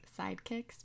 sidekicks